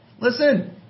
Listen